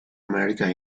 america